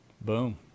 Boom